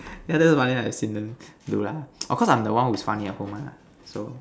yeah that's the funniest thing I've seen them do lah of course I'm the one who's funny at home lah so